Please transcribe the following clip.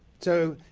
so,